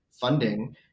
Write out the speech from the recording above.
funding